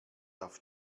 auf